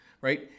right